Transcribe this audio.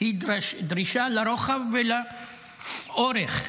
היא דרישה לרוחב ולאורך,